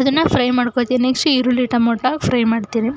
ಅದನ್ನ ಫ್ರೈ ಮಾಡ್ಕೊಳ್ತೀನಿ ನೆಕ್ಸ್ಟು ಈರುಳ್ಳಿ ಟೊಮೊಟೊ ಹಾಕಿ ಫ್ರೈ ಮಾಡ್ತೀನಿ